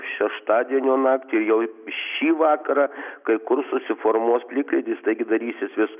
šeštadienio naktį ir jau į šį vakarą kai kur susiformuos plikledis taigi darysis vis